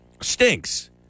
stinks